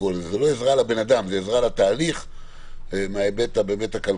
זה לא עזרה לאדם אלא זה עזרה לתהליך מההיבט הכלכלי.